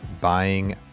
buying